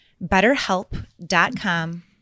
BetterHelp.com